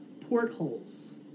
portholes